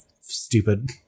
stupid